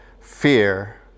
Fear